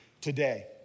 today